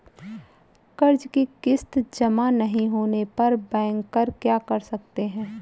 कर्ज कि किश्त जमा नहीं होने पर बैंकर क्या कर सकते हैं?